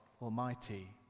Almighty